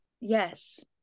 Yes